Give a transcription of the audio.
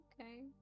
okay